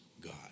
God